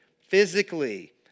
physically